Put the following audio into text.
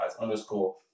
underscore